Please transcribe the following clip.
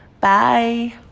Bye